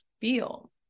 feel